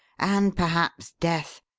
and perhaps death.